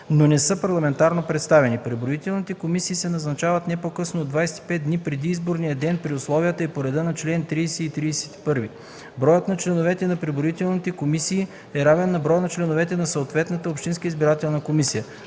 но не са парламентарно представени. Преброителните комисии се назначават не по-късно от 25 дни преди изборния ден при условията и по реда на чл. 30 и 31. Броят на членовете на преброителните комисии е равен на броя на членовете на съответната общинска избирателна комисия.